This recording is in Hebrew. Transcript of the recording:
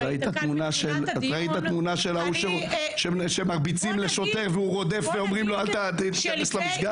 את ראית את התמונה שמרביצים לשוטר והוא רודף ולא נכנס למסגד?